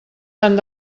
tant